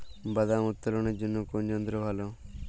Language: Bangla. বাদাম উত্তোলনের জন্য কোন যন্ত্র ভালো?